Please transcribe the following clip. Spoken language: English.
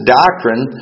doctrine